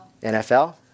NFL